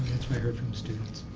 that's what i heard from students.